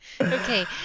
Okay